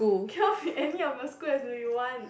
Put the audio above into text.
cannot be any of your school has to be one